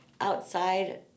outside